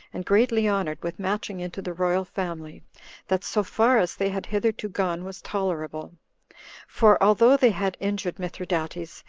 and greatly honored with matching into the royal family that so far as they had hitherto gone was tolerable for although they had injured mithridates,